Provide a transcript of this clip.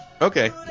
Okay